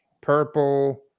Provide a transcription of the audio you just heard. purple